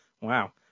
Wow